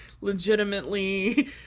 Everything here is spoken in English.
legitimately